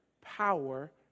power